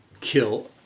kill